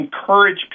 encourage